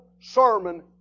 sermon